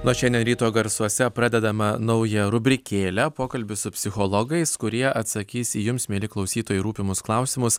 nuo šiandien ryto garsuose pradedama nauja rubrikėlė pokalbis su psichologais kurie atsakys į jums mieli klausytojai rūpimus klausimus